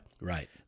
Right